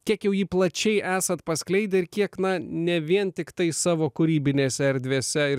kiek jau jį plačiai esat paskleidę ir kiek na ne vien tiktai savo kūrybinėse erdvėse ir